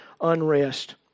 unrest